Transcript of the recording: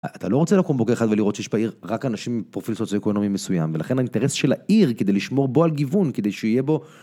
אתה לא רוצה לקום בוקר אחד ולראות שיש בעיר רק אנשים עם פרופיל סוציו-אקונומי מסוים ולכן האינטרס של העיר כדי לשמור בו על גיוון כדי שיהיה בו.